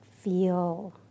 feel